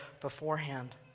beforehand